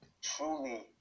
Truly